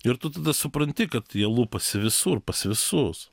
ir tu tada supranti kad jie lupasi visur pas visus